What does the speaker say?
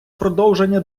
продовження